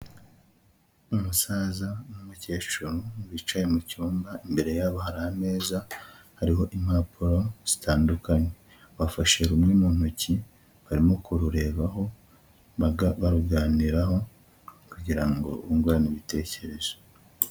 Umusaza n'umukecuru bicaye mu cyumba imbere yabo hari ameza hariho impapuro zitandukanye, bafashe rumwe mu ntoki barimo kurureba aho baruganiraho kugira ngo bungurane ibitekerezo.